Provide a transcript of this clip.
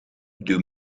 doe